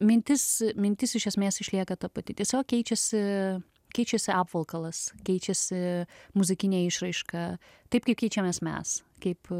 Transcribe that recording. mintis mintis iš esmės išlieka ta pati tiesiog keičiasi keičiasi apvalkalas keičiasi muzikinė išraiška taip kaip keičiamės mes kaip